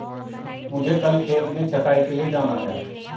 मुझे कल खेत में छटाई के लिए जाना है